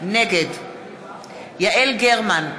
נגד יעל גרמן,